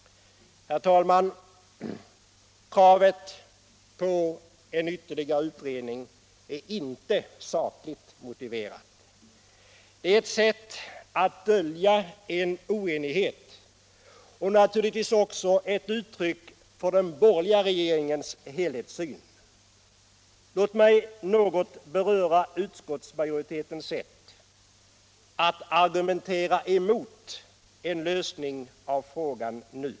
Herr talman! Kravet på en ytterligare utredning är inte sakligt motiverat. Det är ett sätt att dölja en oenighet och naturligtvis också ett uttryck för den borgerliga regeringens helhetssyn. Låt mig något beröra utskottsmajoritetens sätt att argumentera emot en lösning av frågan nu.